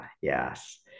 Yes